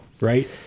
right